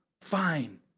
Fine